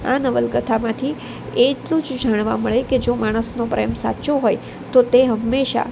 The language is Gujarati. આ નવલકથામાંથી એટલું જ જાણવા મળે કે જો માણસનો પ્રેમ સાચો હોય તો તે હંમેશાં